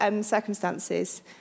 circumstances